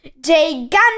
gigantic